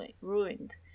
ruined